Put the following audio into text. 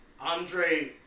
Andre